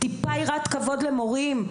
טיפה יראת כבוד למורים.